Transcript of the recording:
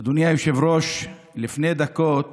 אדוני היושב-ראש, לפני דקות